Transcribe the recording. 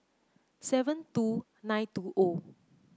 seven two nine two o